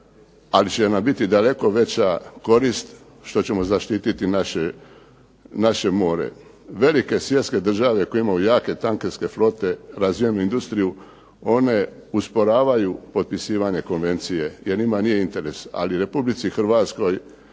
ali će nam biti daleko veća korist što ćemo zaštiti naše more. Velike svjetske države koje imaju jake tankerske flote, razvijenu industriju, one usporavaju potpisivanje konvencije jer njima nije interes, ali Republici Hrvatskoj